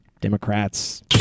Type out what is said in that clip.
Democrats